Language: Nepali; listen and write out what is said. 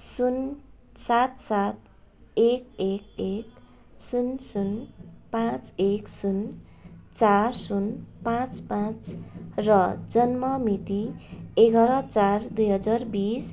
शून्य सात सात एक एक एक शून्य शून्य पाँच एक शून्य चार शून्य पाँच पाँच र जन्म मिति एगार चार दुई हजार बिस